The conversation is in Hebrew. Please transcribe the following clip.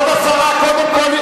קודם כול,